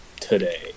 today